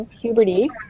puberty